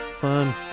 fun